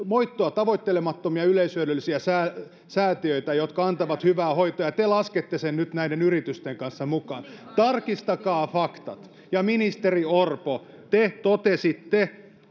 voittoa tavoittelemattomia yleishyödyllisiä säätiöitä säätiöitä jotka antavat hyvää hoitoa ja te laskette ne nyt näiden yritysten kanssa samaan tarkistakaa faktat ja ministeri orpo te totesitte